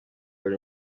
buri